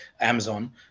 Amazon